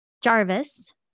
Jarvis